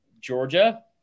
Georgia